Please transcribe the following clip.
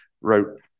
wrote